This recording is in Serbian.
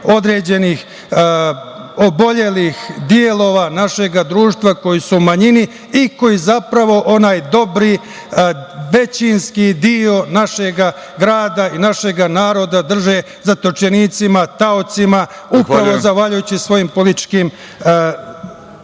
određenih obolelih delova našeg društva koji su u manjini i koji zapravo onaj dobar većinski deo našeg grada i našeg naroda drže zatočenicima, taocima, upravo zahvaljujući svojim političkim